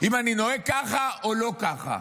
אם אני נוהג ככה או לא ככה.